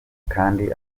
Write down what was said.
kandi